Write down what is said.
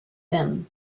them